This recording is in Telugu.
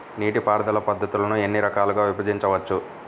నీటిపారుదల పద్ధతులను ఎన్ని రకాలుగా విభజించవచ్చు?